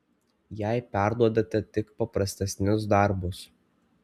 jai perduodate tik paprastesnius darbus